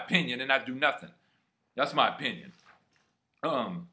opinion and not do nothing that's my opinion